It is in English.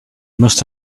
must